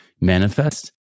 manifest